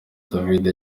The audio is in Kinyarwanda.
david